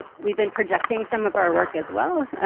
we've been projecting some of our work as well.